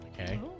Okay